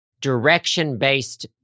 direction-based